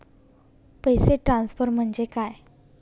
पैसे ट्रान्सफर म्हणजे काय?